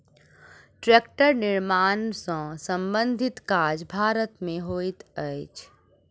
टेक्टरक निर्माण सॅ संबंधित काज भारत मे होइत अछि